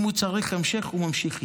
אם הוא צריך המשך, הוא ממשיך איתו.